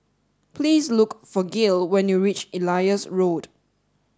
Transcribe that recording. please look for Gil when you reach Elias Road